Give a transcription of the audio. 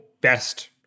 best